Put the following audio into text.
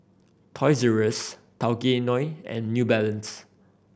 Toys Z Rs Tao Kae Noi and New Balance